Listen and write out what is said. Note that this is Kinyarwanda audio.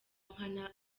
nkana